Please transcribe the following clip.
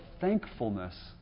thankfulness